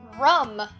rum